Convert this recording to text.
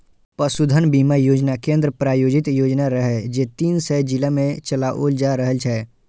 पशुधन बीमा योजना केंद्र प्रायोजित योजना रहै, जे तीन सय जिला मे चलाओल जा रहल छै